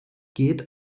geht